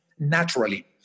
naturally